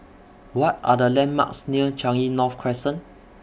What Are The landmarks near Changi North Crescent